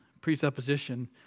presupposition